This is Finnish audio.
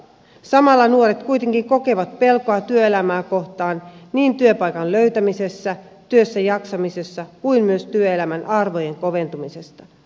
samalla nuoret kuitenkin kokevat pelkoa työelämää kohtaan niin työpaikan löytämisestä työssäjaksamisesta kuin myös työelämän arvojen koventumisesta